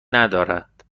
ندارد